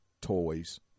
toys